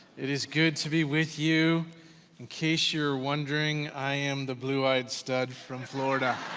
it is good to be with you. in case you're wondering, i am the blue eyed stud from florida.